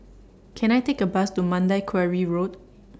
Can I Take A Bus to Mandai Quarry Road